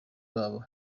babo